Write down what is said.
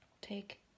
take